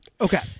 Okay